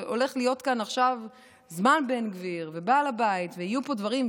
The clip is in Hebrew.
שהולך להיות כאן עכשיו זמן בן גביר ובעל הבית ויהיו פה דברים,